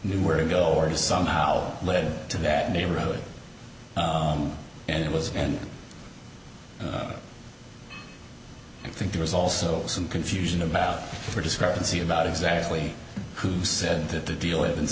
knew where to go or to somehow lead to that neighborhood and it was and i think there was also some confusion about the discrepancy about exactly who said that the deal with and